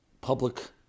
public